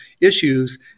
issues